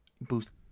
boost